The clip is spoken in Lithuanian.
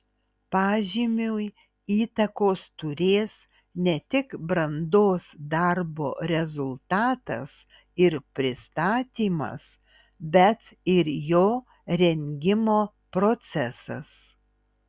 pažymiui įtakos turės ne tik brandos darbo rezultatas ir pristatymas bet ir jo rengimo procesas